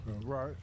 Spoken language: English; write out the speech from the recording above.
Right